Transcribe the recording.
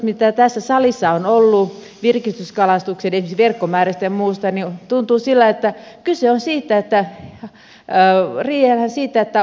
mitä tässä salissa on ollut keskustelua esimerkiksi virkistyskalastuksen verkkomäärästä ja muusta niin tuntuu siltä että kyse on siitä että riidellään kotitarvekalastuksesta ja virkistyskalastuksesta